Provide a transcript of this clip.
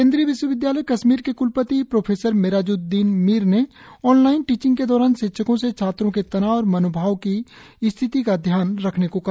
केंद्रीय विश्वविद्यालय कश्मीर के क्लपति प्रोफेसर मेहराज्द्दीन मिर ने ऑनलाइन टिचिंग के दौरान शिक्षकों से छात्रों के तनाव और मनोभाव की स्थिति का ध्यान रखने को कहा